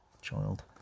child